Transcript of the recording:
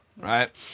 right